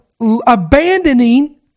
abandoning